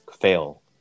fail